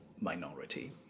minority